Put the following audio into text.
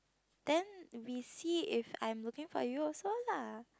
then we see if I'm looking for you also lah